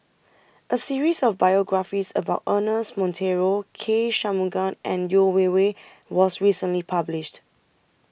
A series of biographies about Ernest Monteiro K Shanmugam and Yeo Wei Wei was recently published